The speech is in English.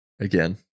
again